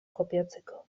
kopiatzeko